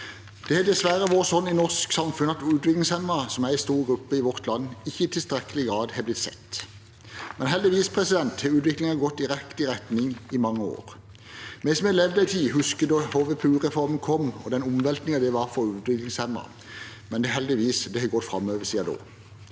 Det har dessverre vært sånn i det norske samfunn at utviklingshemmede, som er en stor gruppe i vårt land, ikke i tilstrekkelig grad har blitt sett, men heldigvis har utviklingen gått i riktig retning i mange år. Vi som har levd en tid, husker da HVPU-reformen kom, og den omveltningen det var for utviklingshemmede, men det har heldigvis gått framover siden da.